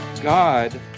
God